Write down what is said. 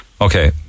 Okay